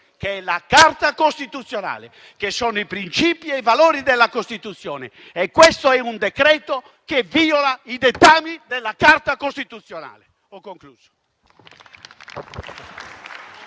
la Carta costituzionale, i principi e i valori della Costituzione. E questo è un decreto che viola i dettami della Carta costituzionale. Ho concluso.